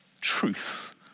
truth